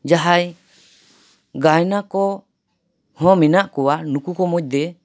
ᱡᱟᱦᱟᱸᱭ ᱜᱟᱭᱱᱟ ᱠᱚᱦᱚᱸ ᱢᱮᱱᱟᱜ ᱠᱚᱣᱟ ᱱᱩᱠᱩ ᱠᱚ ᱢᱚᱫᱽᱫᱷᱮ